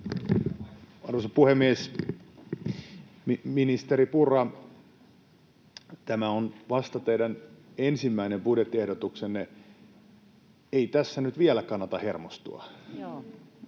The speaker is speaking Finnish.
Arvoisa puhemies! Ministeri Purra, tämä on vasta teidän ensimmäinen budjettiehdotuksenne. Ei tässä nyt vielä kannata hermostua.